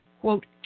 quote